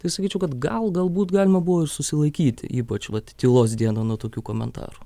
tai sakyčiau kad gal galbūt galima buvo ir susilaikyti ypač vat tylos dieną nuo tokių komentarų